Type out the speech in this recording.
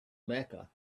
mecca